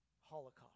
Holocaust